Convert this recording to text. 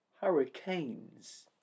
hurricanes